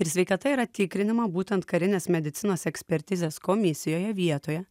ir sveikata yra tikrinama būtent karinės medicinos ekspertizės komisijoje vietoje